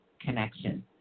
connection